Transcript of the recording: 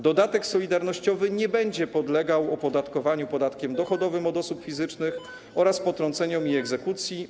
Dodatek solidarnościowy nie będzie podlegał opodatkowaniu podatkiem dochodowym od osób fizycznych oraz potrąceniom i egzekucji.